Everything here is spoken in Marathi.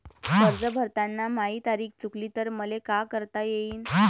कर्ज भरताना माही तारीख चुकली तर मले का करता येईन?